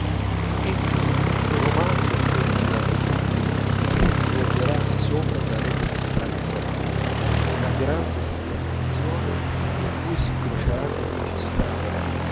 e infine un romanzo più originale di tutti che si svolgerà sopra una rete di strade ferrate una grande stazione in cui s'incrocieranno dieci strade